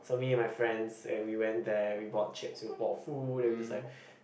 so me and my friends and we went there we bought chips we bought food and we just like